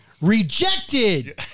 Rejected